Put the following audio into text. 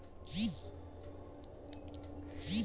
preferred stock विशेष निवेशक के लेली उपलब्ध होय छै